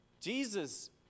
Jesus